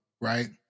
right